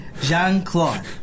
Jean-Claude